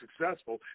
successful